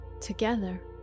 together